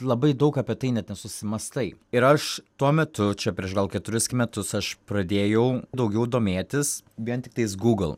labai daug apie tai net nesusimąstai ir aš tuo metu čia prieš gal keturis metus aš pradėjau daugiau domėtis vien tiktais google